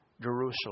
Jerusalem